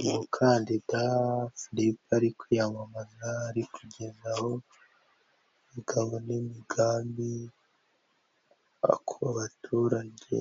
Umukandida Filipo ari kwiyamamaza, ari kugezaho imigabo n'imigambi ku baturage